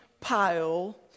pile